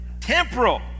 Temporal